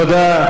תודה.